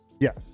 Yes